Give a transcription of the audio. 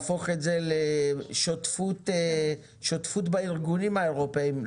להפוך את זה לשותפות בארגונים האירופאיים.